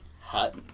Hot